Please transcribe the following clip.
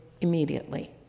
immediately